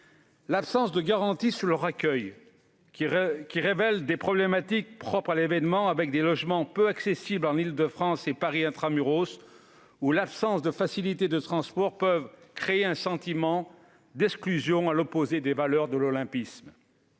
L'absence de garanties sur leur accueil, qui révèle des enjeux propres à l'événement- logements peu accessibles en Île-de-France et dans Paris intra-muros -, ou l'absence de facilités de transport peuvent créer un sentiment d'exclusion, à l'opposé des valeurs de l'olympisme.